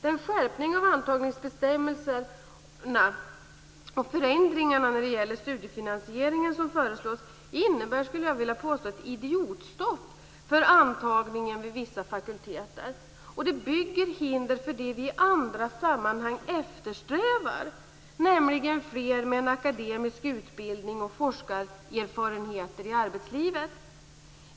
Den skärpning av antagningsbestämmelserna och förändringarna när det gäller studiefinansieringen som föreslås innebär, skulle jag vilja påstå, ett idiotstopp för antagning vid vissa fakulteter. Det bygger hinder för det vi i andra sammanhang eftersträvar, nämligen fler med en akademisk utbildning och forskarerfarenheter i arbetslivet.